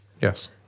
Yes